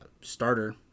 starter